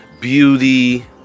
beauty